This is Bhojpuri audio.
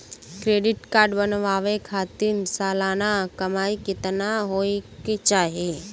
क्रेडिट कार्ड बनवावे खातिर सालाना कमाई कितना होए के चाही?